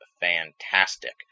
fantastic